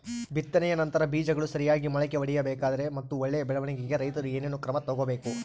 ಬಿತ್ತನೆಯ ನಂತರ ಬೇಜಗಳು ಸರಿಯಾಗಿ ಮೊಳಕೆ ಒಡಿಬೇಕಾದರೆ ಮತ್ತು ಒಳ್ಳೆಯ ಬೆಳವಣಿಗೆಗೆ ರೈತರು ಏನೇನು ಕ್ರಮ ತಗೋಬೇಕು?